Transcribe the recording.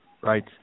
Right